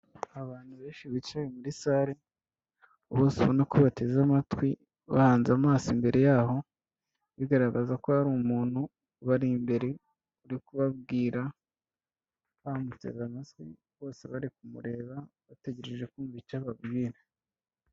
Abantu benshi bicaye muri sale, bose ubona ko bateze amatwi, bahanze amaso imbere yaho, bigaragaza ko hari umuntu ubari imbere uri kubabwira bamuteze amatwi, bose bari kumureba bategereje kumva icyo ababwira.